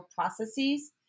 processes